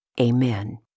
Amen